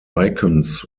icons